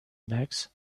bags